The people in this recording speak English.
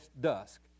dusk